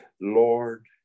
Lord